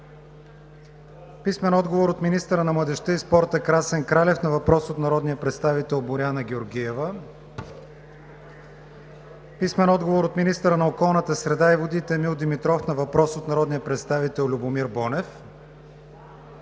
Ерджан Ебатин; - министъра на младежта и спорта Красен Кралев на въпрос от народния представител Боряна Георгиева; - министъра на околната среда и водите Емил Димитров на въпрос от народния представител Любомир Бонев;